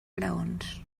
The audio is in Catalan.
graons